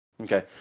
Okay